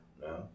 No